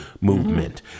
movement